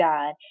God